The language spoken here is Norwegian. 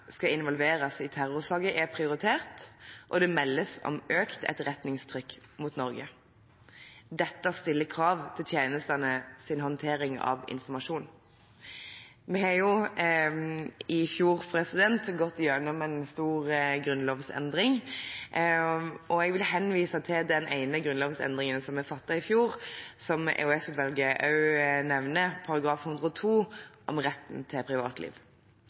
skal involveres i terrorsaker, er prioritert, og det meldes om økt etterretningstrykk mot Norge. Dette stiller krav til tjenestenes håndtering av informasjon. Vi har jo, i fjor, gått igjennom en stor grunnlovsendring, og jeg vil henvise til den ene grunnlovsendringen som ble gjort i fjor, og som EOS-utvalget også nevner, § 102, om retten til privatliv.